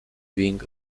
being